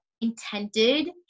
intended